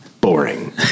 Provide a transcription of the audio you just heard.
boring